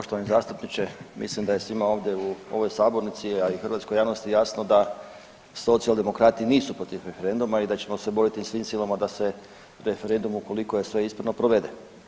Poštovani zastupniče mislim da je svima ovdje u ovoj sabornici, a i hrvatskoj javnosti jasno da socijaldemokrati nisu protiv referenduma i da ćemo se boriti svim silama da se referendum ukoliko je sve ispravno provede.